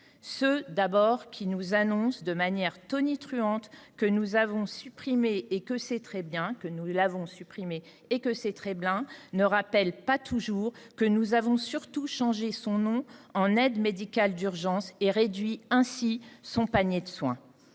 Ceux qui annoncent de manière tonitruante que nous avons supprimé cette aide et que c’est très bien ainsi ne rappellent pas toujours que nous avons surtout changé son nom en aide médicale d’urgence et réduit ainsi le panier de soins